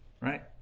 Right